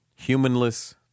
humanless